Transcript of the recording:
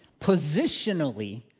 Positionally